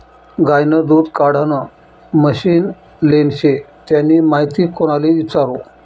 गायनं दूध काढानं मशीन लेनं शे त्यानी माहिती कोणले इचारु?